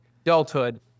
adulthood